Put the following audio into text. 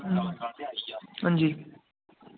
हांजी